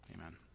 Amen